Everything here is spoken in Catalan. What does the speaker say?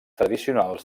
tradicionals